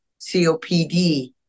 COPD